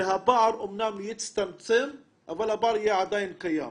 והפער אמנם יצטמצם, אבל הפער יהיה עדיין קיים.